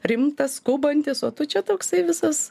rimtas skubantis o tu čia toksai visas